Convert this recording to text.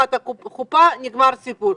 חופה, נגמר הסיפור.